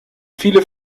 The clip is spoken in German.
viele